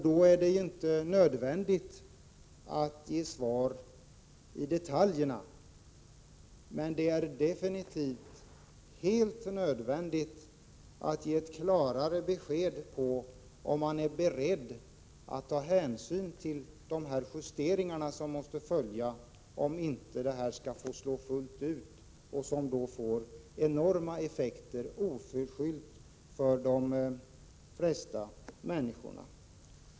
Det är inte nödvändigt att gå in på några detaljer för att ge ett svar på den frågan. Däremot är det definitivt helt nödvändigt att ge ett klarare besked om huruvida man är beredd att ta hänsyn till dessa saker och således vill göra de justeringar som måste ske för att undvika att taxeringsvärdena får fullt genomslag. Det skulle ju annars bli enorma effekter — helt oförskyllt — för de flesta människor.